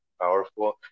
powerful